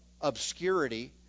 obscurity